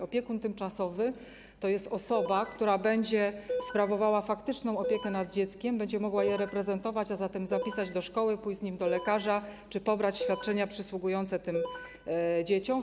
Opiekun tymczasowy to jest osoba, która będzie sprawowała faktyczną opiekę nad dzieckiem, będzie mogła je reprezentować, a zatem zapisać do szkoły, pójść z nim do lekarza czy pobrać przysługujące tym dzieciom świadczenia.